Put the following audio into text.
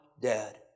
dead